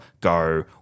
go